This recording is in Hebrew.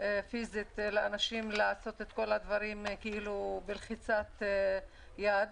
פיזית לאנשים לעשות את כל הדברים בלחיצת יד.